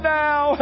now